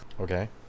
Okay